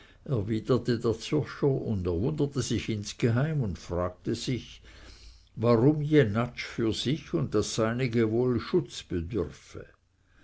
und er wunderte sich insgeheim und fragte sich warum jenatsch für sich und das seinige wohl